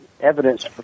evidence